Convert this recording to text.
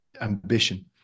ambition